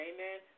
Amen